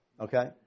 Okay